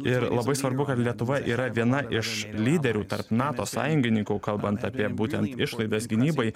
ir labai svarbu kad lietuva yra viena iš lyderių tarp nato sąjungininkų kalbant apie būtent išlaidas gynybai